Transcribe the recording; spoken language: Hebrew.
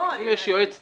יש שם יועץ בטיחות.